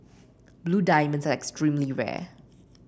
blue diamonds are extremely rare